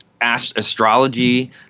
astrology